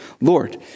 Lord